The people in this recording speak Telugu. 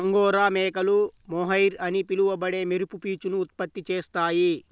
అంగోరా మేకలు మోహైర్ అని పిలువబడే మెరుపు పీచును ఉత్పత్తి చేస్తాయి